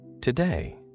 today